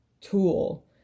tool